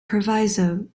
proviso